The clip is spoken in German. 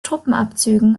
truppenabzügen